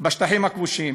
בשטחים הכבושים.